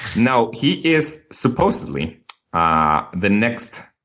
no. he is supposedly ah the next